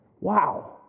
Wow